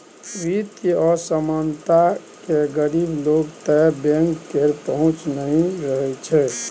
बित्तीय असमानता मे गरीब लोक तक बैंक केर पहुँच नहि रहय छै